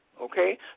Okay